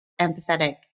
empathetic